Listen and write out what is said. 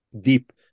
deep